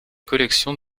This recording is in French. collections